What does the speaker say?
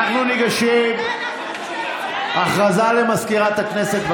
הודעה לסגנית מזכיר הכנסת.